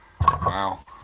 Wow